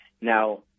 Now